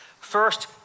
First